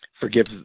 forgive